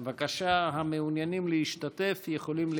בבקשה, המעוניינים להשתתף יכולים להירשם.